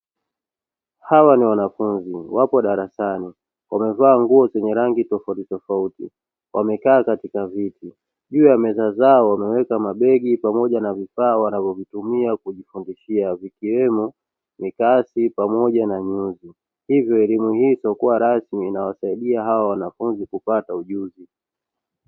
Hawa ni wanafunzi wapo darasani wamevaa nguo zenye rangi tofautitofauti, wamekaa katika viti juu ya meza zao; wameweka mabegi pamoja na vifaa wanavyovitumia kujifundishia vikiwemo mikasi pamoja na njuzi; hivyo elimu hii isiyokua rasmi inawasaidia hawa wanafunzi kupata ujuzi.